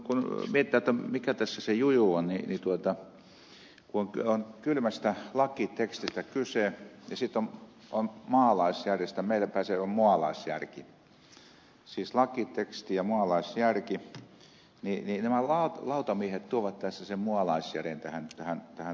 kun mietitään mikä tässä se juju on niin kun on kylmästä lakitekstistä kyse ja sitten maalaisjärjestä meillä päin se on mualaisjärki siis lakiteksti ja mualaisjärki niin nämä lautamiehet tuovat tässä sen mualaisjärjen tähän oikeuden käsittelyyn